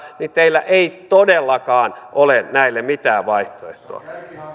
niin teillä ei todellakaan ole näille mitään vaihtoehtoa